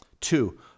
Two